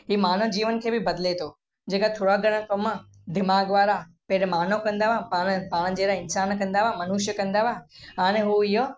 ही मानव जीवन खे बि बदिले थो जेका थोरा घणा कमु दिमाग़ वारा पहिरियों मानव कंदा हुआ पाण पाण जहिड़ा इंसान कंदा हुआ मनुष्य कंदा हुआ हाणे हुओ इहो